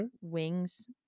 wings